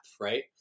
right